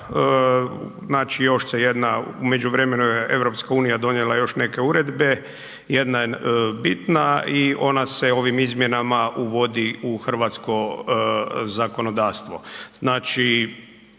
znači još se jedna, u međuvremenu je EU donijela još neke uredbe, jedna je bitna i ona se ovim izmjenama uvodi u hrvatsko zakonodavstvo.